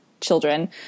children